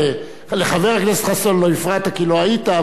אבל אני לא אתן לאף אחד להפריע לך.